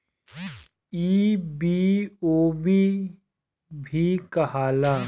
ई बी.ओ.बी भी कहाला